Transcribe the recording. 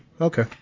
Okay